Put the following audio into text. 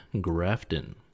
Grafton